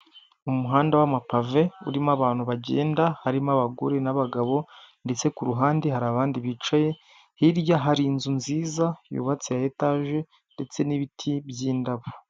Umuhanda w'amapave urimo abantu bagenda harimo abagore n'abagabo ndetse kuruhande hari abandi bicaye hirya hari inzu nziza yubatse ya etaje ndetse n'ibiti by'indabo.